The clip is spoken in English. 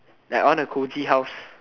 like I want a cozy house